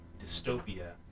dystopia